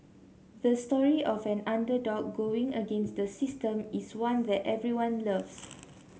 the story of an underdog going against the system is one that everyone loves